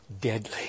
deadly